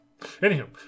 Anywho